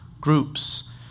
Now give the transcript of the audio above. groups